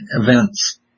events